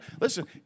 Listen